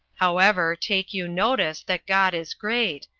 however, take you notice, that god is great,